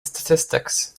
statistics